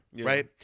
right